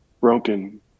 broken